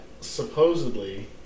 supposedly